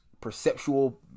perceptual